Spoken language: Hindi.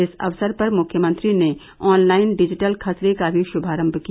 इस अवसर पर मुख्यमंत्री ने ऑनलाइन डिजिटल खसरे का भी शुभारभ किया